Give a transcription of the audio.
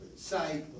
say